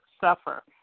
suffer